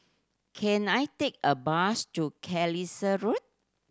can I take a bus to Carlisle Road